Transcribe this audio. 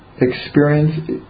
experience